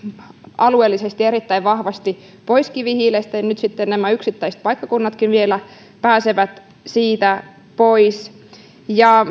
alueellisesti erittäin vahvasti pois kivihiilestä niin nyt sitten nämä yksittäiset paikkakunnatkin vielä pääsevät siitä pois